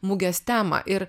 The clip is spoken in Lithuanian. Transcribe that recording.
mugės temą ir